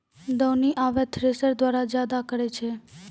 दौनी आबे थ्रेसर द्वारा जादा करै छै